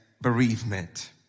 bereavement